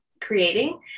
creating